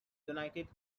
united